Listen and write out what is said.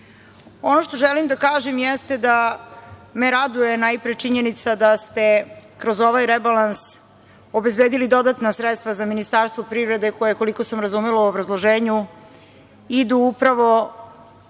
što želim da kažem, jeste da me raduje najpre činjenica da ste kroz ovaj rebalans obezbedili dodatna sredstva za Ministarstvo privrede koja, koliko sam razumela u obrazloženju, idu upravo